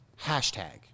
Hashtag